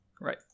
Right